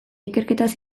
ikerketaz